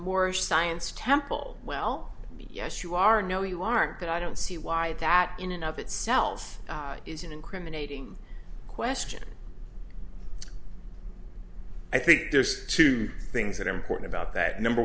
more science temple well yes you are no you aren't that i don't see why that in and of itself is an incriminating question i think there's two things that are important about that number